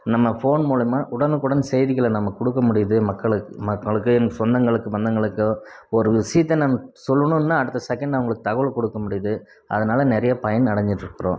நம்ம ஃபோன் மூலமாக உடனுக்குடன் செய்திகளை நம்ம கொடுக்க முடியுது மக்களுக்கு மக்களுக்கு என் சொந்தங்களுக்கு பந்தங்களுக்கு ஒரு விஷியத்த நம்ம சொல்லுணும்ன்னால் அடுத்த சகெண்டு அவங்குளுக்கு தகவல் கொடுக்க முடியிது அதனால் நிறைய பயன் அடைஞ்சிட்டு இருக்கிறோம்